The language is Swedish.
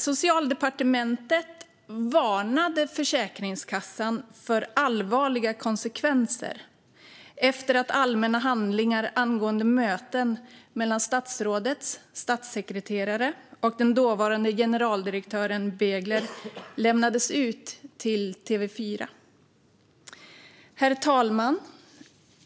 Socialdepartementet varnade Försäkringskassan för allvarliga konsekvenser efter att allmänna handlingar angående möten mellan statsrådets statssekreterare och den dåvarande generaldirektören Begler lämnades ut till TV4. Herr talman!